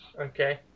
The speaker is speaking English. okay